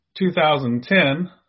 2010